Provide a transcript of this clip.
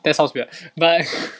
that sounds weird but